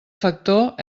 factor